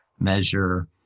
measure